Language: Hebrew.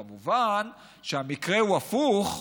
כמובן, כשהמקרה הוא הפוך,